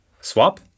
Swap